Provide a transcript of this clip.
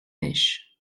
niche